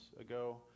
ago